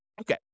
Okay